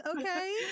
okay